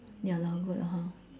ya lor good lor